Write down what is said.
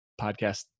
podcast